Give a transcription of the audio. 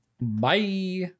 Bye